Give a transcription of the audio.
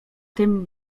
tym